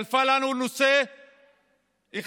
שלפה לנו נושא אחד,